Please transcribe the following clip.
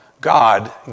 God